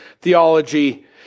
theology